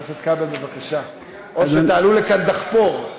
או שתעלו לכאן דחפור.